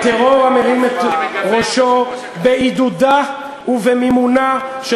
הטרור המרים את ראשו בעידודה ובמימונה של